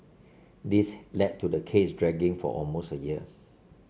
this led to the case dragging for almost a year